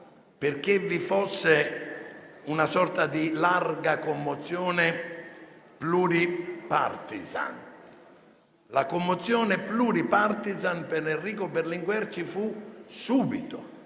perché vi fosse una sorta di larga commozione pluripartisan. La commozione pluripartisan per Enrico Berlinguer ci fu subito,